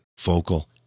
vocal